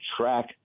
track